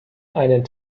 einen